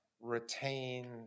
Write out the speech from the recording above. retain